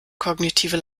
kognitive